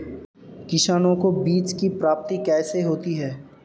किसानों को बीज की प्राप्ति कैसे होती है?